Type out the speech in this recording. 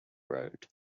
road